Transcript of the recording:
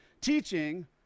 Teaching